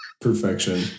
Perfection